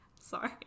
Sorry